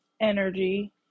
energy